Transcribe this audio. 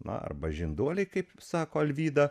na arba žinduoliai kaip sako alvyda